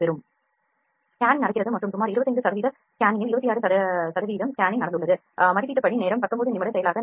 scanning நடக்கிறது மற்றும் சுமார் 25 சதவிகித ஸ்கேனிங்கில் 26 சதவிகிதம் ஸ்கேனிங் நடந்துள்ளது மதிப்பிடப்பட்ட நேரம் 19 நிமிட செயலாக்க நேரம்